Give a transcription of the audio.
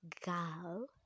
girl